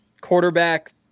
Quarterback